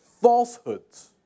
falsehoods